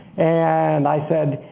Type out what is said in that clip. and i said,